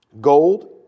gold